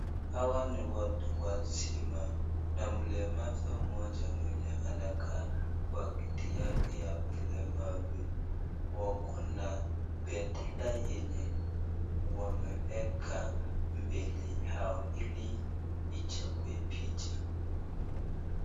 Hawa ni watu wazima na mlemavu mmoja mwenye anakaa kwa kiti yake ya ulemavi. Wako na bendera yenye wameka mbele yao ili ichapwe picha.